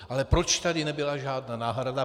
Ale proč tu nebyla žádná náhrada?